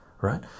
right